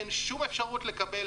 אין שום אפשרות לקבל